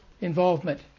involvement